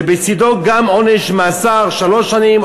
ובצדו גם עונש מאסר שלוש שנים,